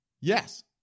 yes